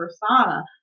persona